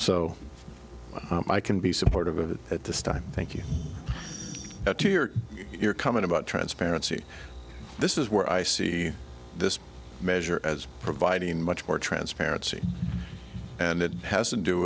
o i can be supportive of it at this time thank you to your your comment about transparency this is where i see this measure as providing much more transparency and it has to do